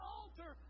altar